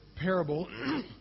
parable